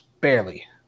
barely